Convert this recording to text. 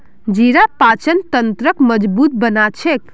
जीरा पाचन तंत्रक मजबूत बना छेक